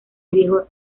viejo